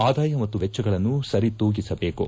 ಆದಾಯ ಮತ್ತು ವೆಚ್ಚಗಳನ್ನು ಸರಿತೂಗಿಸಬೇಕು